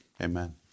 Amen